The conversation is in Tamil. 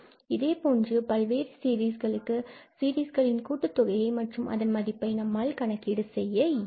இதேபோன்று பல்வேறு சீரிஸ்களுக்கு சீரிஸ்களின் கூட்டுத் தொகையை மற்றும் அதன் மதிப்பை நம்மால் கணக்கீடு செய்ய இயலும்